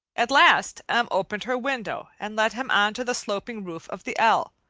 at last m. opened her window and let him on to the sloping roof of the l,